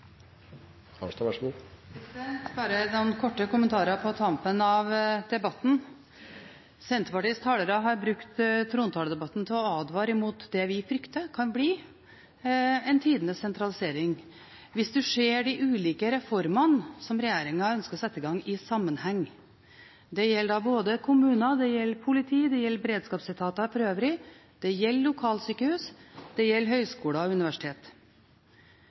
Bare noen korte kommentarer på tampen av debatten. Senterpartiets talere har brukt trontaledebatten til å advare mot det vi frykter kan bli en tidenes sentralisering hvis en ser de ulike reformene som regjeringen ønsker å sette i gang, i sammenheng. Det gjelder kommuner, det gjelder politiet, det gjelder beredskapsetater for øvrig, og det gjelder lokalsykehus, det gjelder høyskoler og universitet.